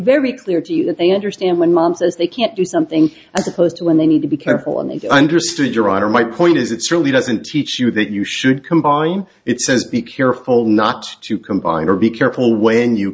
very clear to you that they understand when mom says they can't do something as opposed to when they need to be careful and they understood your honor my point is it's really doesn't teach you that you should combine it says be careful not to combine or be careful when you